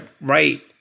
right